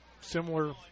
similar